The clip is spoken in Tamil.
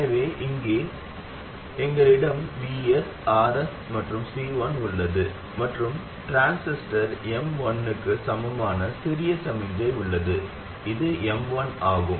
எனவே இங்கே எங்களிடம் Vs Rs மற்றும் C1 உள்ளது மற்றும் டிரான்சிஸ்டர் M1 க்கு சமமான சிறிய சமிக்ஞை உள்ளது இது M1 ஆகும்